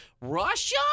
Russia